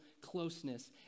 closeness